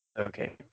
Okay